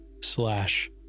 slash